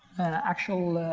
actual,